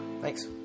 thanks